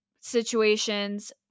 situations